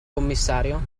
commissario